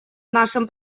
нашем